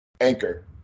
Anchor